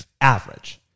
average